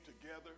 together